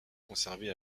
conservée